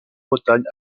bretagne